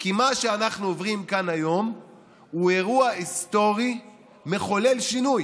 כי מה שאנחנו עוברים פה היום הוא אירוע היסטורי מחולל שינוי.